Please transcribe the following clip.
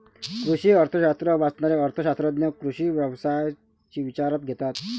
कृषी अर्थशास्त्र वाचणारे अर्थ शास्त्रज्ञ कृषी व्यवस्था विचारात घेतात